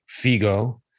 Figo